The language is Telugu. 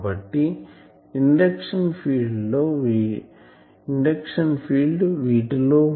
కాబట్టి ఇండక్షన్ ఫీల్డ్ వీటిలో ఉంటుంది